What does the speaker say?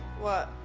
what?